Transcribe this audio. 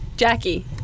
Jackie